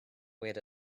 wait